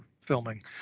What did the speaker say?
filming